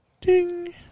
Ding